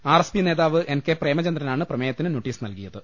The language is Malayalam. ആർ എസ് പി നേതാവ് എൻ കെ പ്രേമചന്ദ്രനാണ് പ്രമേയത്തിന് നോട്ടീസ് നല്കിയത്